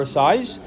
size